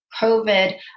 COVID